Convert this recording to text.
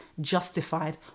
justified